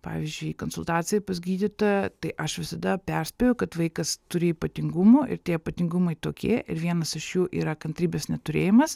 pavyzdžiui konsultacijai pas gydytoją tai aš visada perspėju kad vaikas turi ypatingumų ir tie ypatingumai tokie ir vienas iš jų yra kantrybės neturėjimas